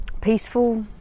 peaceful